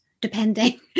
depending